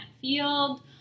field